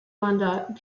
rwanda